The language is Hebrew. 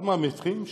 כמה מטרים?